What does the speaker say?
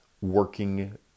working